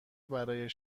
برای